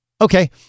Okay